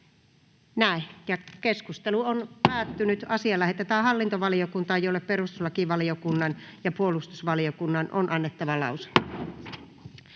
ehdottaa, että asia lähetetään hallintovaliokuntaan, jolle perustuslakivaliokunnan ja puolustusvaliokunnan on annettava lausunto.